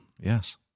Yes